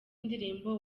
indirimbo